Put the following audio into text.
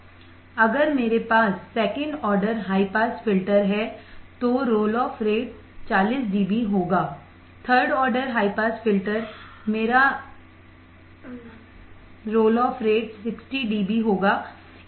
अगर मेरे पास second order high pass filter है तो रोल ऑफ रेट 40 डीबी होगा third order high pass filter मेरा रोल ऑफ रेट 60 डीबी होगा